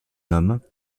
homme